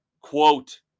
Quote